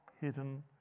hidden